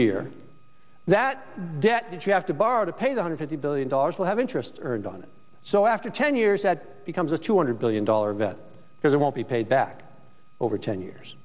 year that debt if you have to borrow to pay a hundred fifty billion dollars will have interest earned on it so after ten years that becomes a two hundred billion dollar bet because it won't be paid back over ten years